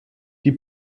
die